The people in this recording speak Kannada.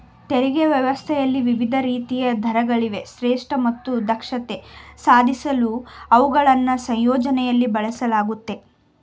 ತೆರಿಗೆ ವ್ಯವಸ್ಥೆಯಲ್ಲಿ ವಿವಿಧ ರೀತಿಯ ದರಗಳಿವೆ ಶ್ರೇಷ್ಠ ಮತ್ತು ದಕ್ಷತೆ ಸಾಧಿಸಲು ಅವುಗಳನ್ನ ಸಂಯೋಜನೆಯಲ್ಲಿ ಬಳಸಲಾಗುತ್ತೆ